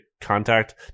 contact